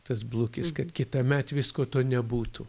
tas blukis kad kitąmet visko to nebūtų